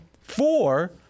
four